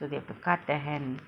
so they have to cut the hand